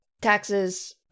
Taxes